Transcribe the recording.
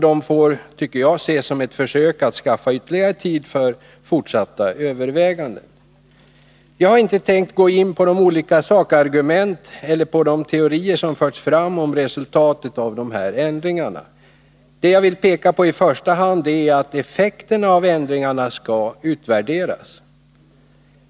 De får väl ses som ett försök att skaffa ytterligare tid för fortsatta överväganden. Jag har inte tänkt att gå in på de olika sakargumenten eller på de teorier som har förts fram om resultatet av de här ändringarna. Det jag i första hand vill peka på är att effekterna av ändringarna skall utvärderas.